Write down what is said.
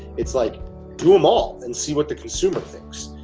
it's like do them all and see what the consumer thinks.